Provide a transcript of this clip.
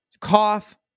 cough